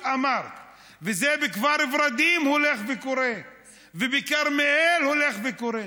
וזה בכפר ורדים הולך וקורה ובכרמיאל הולך וקורה,